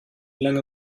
lange